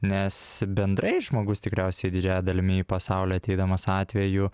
nes bendrai žmogus tikriausiai didžiąja dalimi į pasaulį ateidamas atvejų